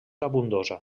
abundosa